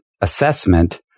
assessment